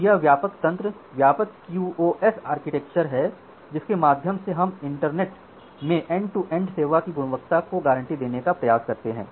तो यह व्यापक तंत्र व्यापक क्यूओएस आर्किटेक्चर है जिसके माध्यम से हम इंटरनेट में एंड टू एंड सेवा की गुणवत्ता को गारंटी देने का प्रयास करते हैं